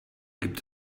gibt